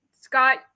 Scott